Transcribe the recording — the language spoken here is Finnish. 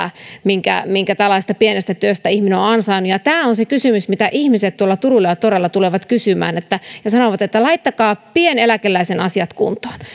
minkä minkä tällaisesta pienestä työstä ihminen on ansainnut tämä on se kysymys mitä ihmiset tuolla turuilla ja toreilla tulevat kysymään ja sanovat että laittakaa pieneläkeläisen asiat kuntoon